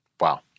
Wow